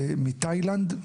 תאילנד,